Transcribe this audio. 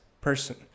person